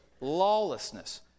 lawlessness